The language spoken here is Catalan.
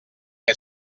que